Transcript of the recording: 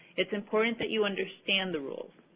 it's important that you understand the rules.